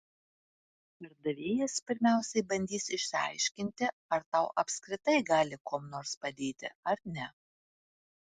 pardavėjas pirmiausiai bandys išsiaiškinti ar tau apskritai gali kuom nors padėti ar ne